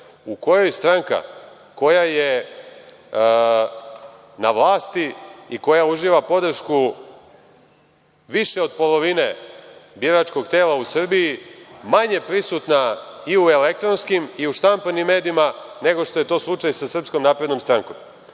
u kojoj stranka koja je vlasti i koja uživa podršku više od polovine biračkog tela u Srbiji manje prisutna i u elektronskim i u štampanim medijima, nego što je to slučaj sa SNS.Što se tiče